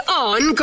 on